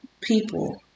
people